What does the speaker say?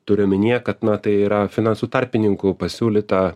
turiu omenyje kad na tai yra finansų tarpininkų pasiūlyta